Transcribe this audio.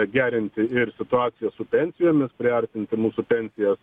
gerinti ir situaciją su pensijomis priartinti mūsų pensijas